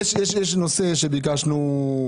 רגע, יש נושא שביקשנו.